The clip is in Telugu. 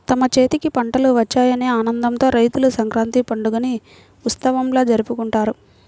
తమ చేతికి పంటలు వచ్చాయనే ఆనందంతో రైతులు సంక్రాంతి పండుగని ఉత్సవంలా జరుపుకుంటారు